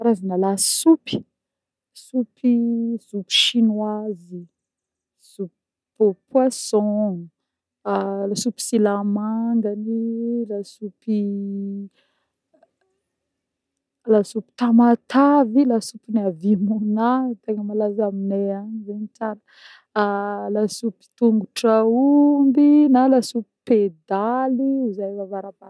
Karazagna lasopy: soupe- soupe chinoise, soupe poisson, lasopy silamangany, lasopy lasopy tamatave, lasopin'i avy monà, tegna malaza amineh agny zegny tsara, lasopy tongotra aomby na lasopy pedaly ozy zehe avy avarabaratr'agny.